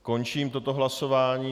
Končím toto hlasování.